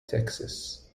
texas